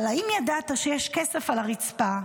אבל האם ידעת שיש כסף על הרצפה,